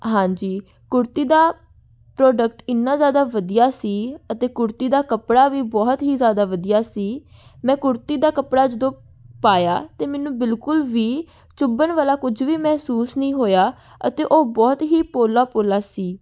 ਹਾਂਜੀ ਕੁੜਤੀ ਦਾ ਪ੍ਰੋਡਕਟ ਇੰਨਾ ਜ਼ਿਆਦਾ ਵਧੀਆ ਸੀ ਅਤੇ ਕੁੜਤੀ ਦਾ ਕੱਪੜਾ ਵੀ ਬਹੁਤ ਹੀ ਜ਼ਿਆਦਾ ਵਧੀਆ ਸੀ ਮੈਂ ਕੁੜਤੀ ਦਾ ਕੱਪੜਾ ਜਦੋਂ ਪਾਇਆ ਤਾਂ ਮੈਨੂੰ ਬਿਲਕੁਲ ਵੀ ਚੁੱਭਣ ਵਾਲਾ ਕੁਝ ਵੀ ਮਹਿਸੂਸ ਨਹੀਂ ਹੋਇਆ ਅਤੇ ਉਹ ਬਹੁਤ ਹੀ ਪੋਲਾ ਪੋਲਾ ਸੀ